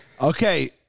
Okay